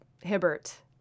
Hibbert